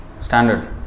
standard